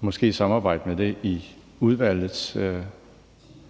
måske kan samarbejde om det i udvalget.